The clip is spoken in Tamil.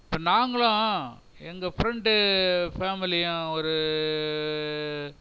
இப்போ நாங்களும் எங்கள் ஃப்ரெண்ட் ஃபேமிலியும் ஒரு